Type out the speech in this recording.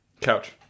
couch